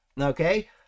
Okay